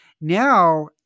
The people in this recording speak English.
Now